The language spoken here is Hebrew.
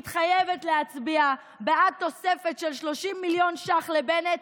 מתחייבת להצביע בעד תוספת של 30 מיליון ש"ח לבנט,